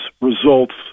results